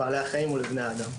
לבעלי החיים ולבני האדם.